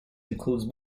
includes